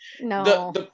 No